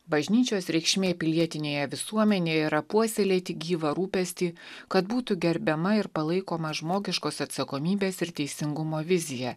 bažnyčios reikšmė pilietinėje visuomenėje yra puoselėti gyvą rūpestį kad būtų gerbiama ir palaikoma žmogiškos atsakomybės ir teisingumo vizija